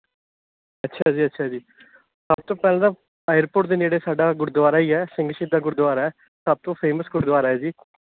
ਅੱਛਾ ਜੀ ਅੱਛਾ ਜੀ ਸਭ ਤੋਂ ਪਹਿਲਾਂ ਤਾਂ ਏਅਰਪੋਰਟ ਦੇ ਨੇੜੇ ਸਾਡਾ ਗੁਰਦੁਆਰਾ ਹੀ ਹੈ ਸਿੰਘ ਸ਼ਹੀਦਾਂ ਗੁਰਦੁਆਰਾ ਹੈ ਸਭ ਤੋਂ ਫੇਮੱਸ ਗੁਰਦੁਆਰਾ ਹੈ ਜੀ